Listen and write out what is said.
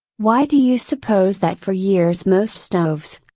why do you suppose that for years most stoves,